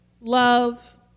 love